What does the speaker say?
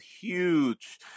huge